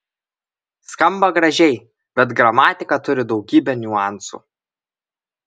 skamba gražiai bet gramatika turi daugybę niuansų